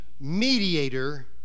mediator